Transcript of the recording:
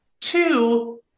Two